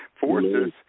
forces